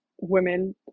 women